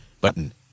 button